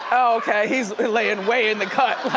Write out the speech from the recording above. okay, he's laying way in the cut,